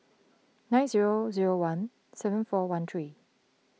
nine zero zero one seven four one three